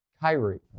Kyrie